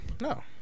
No